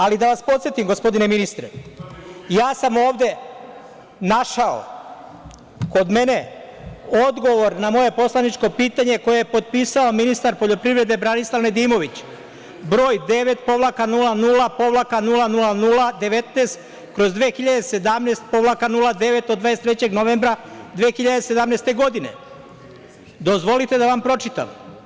Ali da vas podsetim, gospodine ministre, ja sam ovde našao kod mene odgovor na moje poslaničko pitanje koje je potpisao ministar poljoprivrede Branislav Nedimović, broj 9-00-00019/2017-09 od 23. novembra 2017. godine, dozvolite da vam pročitam.